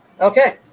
Okay